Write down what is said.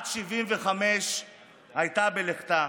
בת 75 הייתה בלכתה.